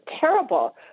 terrible